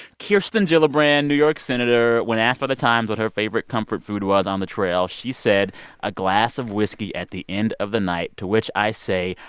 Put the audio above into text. kirsten gillibrand, new york senator when asked by the times what her favorite comfort food was on the trail, she said a glass of whiskey at the end of the night, to which i say,